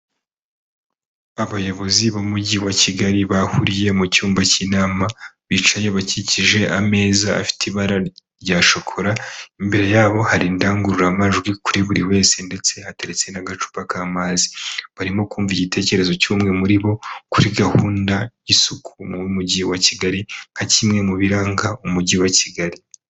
Abayobozi b'umujyi wa Kigali bahuriye mu cyumba cy'inama bicaye bakikije ameza afite ibara rya shokora, imbere yabo hari indangururamajwi kuri buri wese ndetse hateretse n'agacupa k'amazi, barimo kumva igitekerezo cy'umwe muri bo kuri gahunda y'isuku mu mujyi wa Kigali nka kimwe mu biranga umujyi wa Kigali.